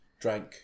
drank